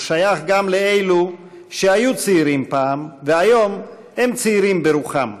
הוא שייך גם לאלו שהיו צעירים פעם והיום הם צעירים ברוחם.